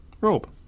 Rob